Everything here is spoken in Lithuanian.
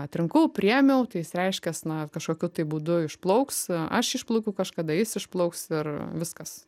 atrinkau priėmiau tai jis reiškias na kažkokiu tai būdu išplauks aš išplaukiau kažkada jis išplauks ir viskas